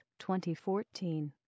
2014